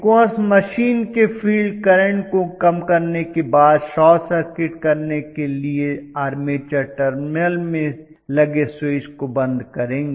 synchronous machine के field current को कम करने के बाद शॉर्ट सर्किट करने के लिए आर्मेचर टर्मिनल में लगे स्विच को बंद करेंगे